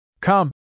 Come